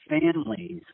families